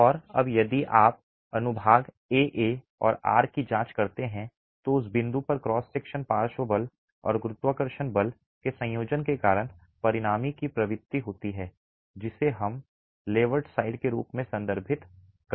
और अब यदि आप अनुभाग A A और R की जांच करते हैं तो उस बिंदु पर क्रॉस सेक्शन पार्श्व बल और गुरुत्वाकर्षण बल के संयोजन के कारण परिणामी की प्रवृत्ति होती है जिसे हम लेवर्ड साइड के रूप में संदर्भित करते हैं